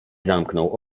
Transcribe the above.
zamknął